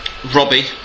Robbie